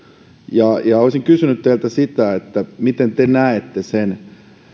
rahat olisin kysynyt teiltä miten te näette sen